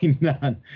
none